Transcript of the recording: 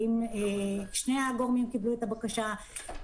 האם שני הגורמים קיבלו את הבקשה.